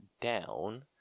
down